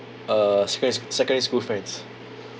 uh secondary sch~ secondary school friends